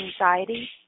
anxiety